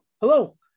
Hello